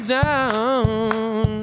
down